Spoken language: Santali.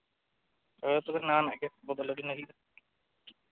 ᱦᱳᱭ ᱛᱚᱵᱮ ᱱᱟᱣᱟᱱᱟᱜ ᱵᱚᱫᱚᱞᱟᱵᱤᱱᱟᱹᱞᱤᱧ